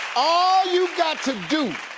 ah you got to do,